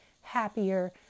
happier